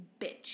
bitch